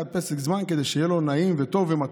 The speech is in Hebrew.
פסק זמן כדי שיהיה לו נעים וטוב ומתוק.